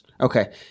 Okay